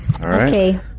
Okay